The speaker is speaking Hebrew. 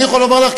אני יכול לומר לך,